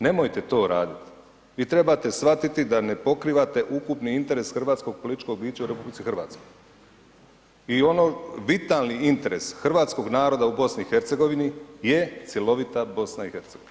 Nemojte to raditi, vi trebate shvatiti da ne pokrivate ukupni interes hrvatskog političkog bića u RH i ono bitan interes hrvatskog naroda u BiH je cjelovita BiH.